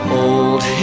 old